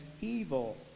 evil